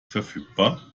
verfügbar